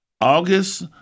August